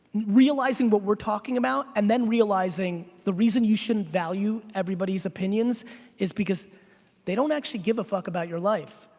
realizing what we're talking about and then realizing the reason you shouldn't value everybody's opinions is because they don't actually give a fuck about your life.